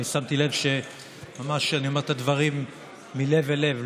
שמתי לב שממש אני אומר את הדברים מלב אל לב,